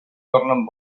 tornen